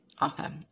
Awesome